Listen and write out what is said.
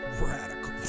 Radical